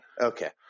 Okay